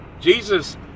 jesus